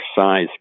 size